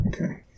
Okay